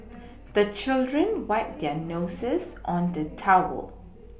the children wipe their noses on the towel